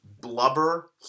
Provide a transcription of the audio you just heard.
blubber